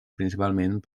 principalment